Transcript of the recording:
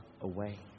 away